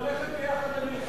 וללכת יחד למלחמה,